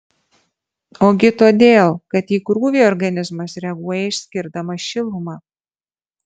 ogi todėl kad į krūvį organizmas reaguoja išskirdamas šilumą